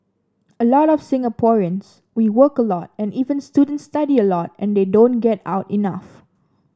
a lot of Singaporeans we work a lot and even students study a lot and they don't get out enough